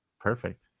Perfect